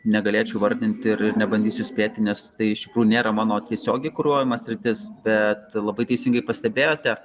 negalėčiau vardinti ir nebandysiu spėti nes tai aišku nėra mano tiesiogiai kuruojama sritis bet labai teisingai pastebėjote